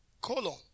Colon